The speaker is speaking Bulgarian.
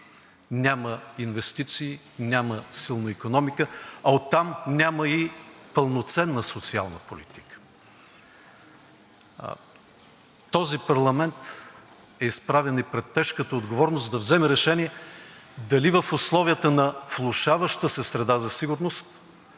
няма инвестиции, няма силна икономика, а оттам няма и пълноценна социална политика. Този парламент е изправен и пред тежката отговорност да вземе решение дали в условията на влошаваща се среда за сигурност